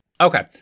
Okay